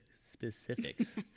specifics